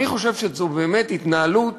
אני חושב שזו באמת התנהלות